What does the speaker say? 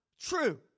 true